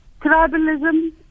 tribalism